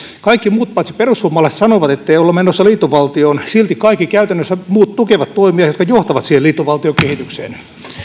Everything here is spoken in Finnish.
kaikki muut paitsi perussuomalaiset sanovat ettei olla menossa liittovaltioon silti käytännössä kaikki muut tukevat toimia jotka johtavat siihen liittovaltiokehitykseen